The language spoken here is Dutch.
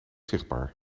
zichtbaar